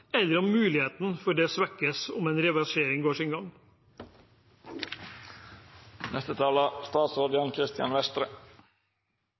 eller om muligheten for at det svekkes om en reversering går sin gang.